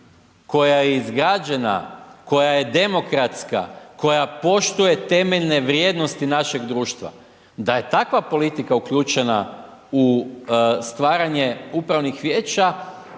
koja je izgrađena, koja je demokratska, koja poštuje temeljne vrijednosti našeg društva, da je takva politika uključena u stvaranje upravnih vijeća,